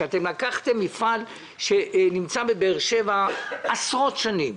שאתם לקחתם מפעל שנמצא בבאר שבע עשרות שנים,